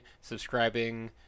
subscribing